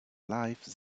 life